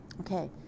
Okay